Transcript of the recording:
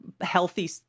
healthy